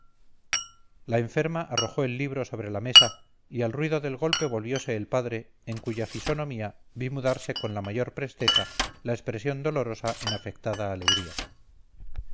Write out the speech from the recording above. la enferma arrojó el libro sobre la mesa y al ruido del golpe volviose el padre en cuya fisonomía vi mudarse con la mayor presteza la expresión dolorosa en afectada alegría